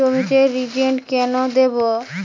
জমিতে রিজেন্ট কেন দেবো?